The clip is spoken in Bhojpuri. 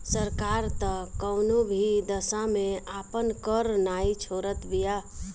सरकार तअ कवनो भी दशा में आपन कर नाइ छोड़त बिया